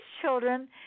children